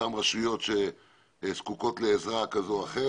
אותן רשויות שזקוקות לעזרה כזו או אחרת.